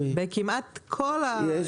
כמעט בכל המקומות.